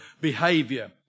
behavior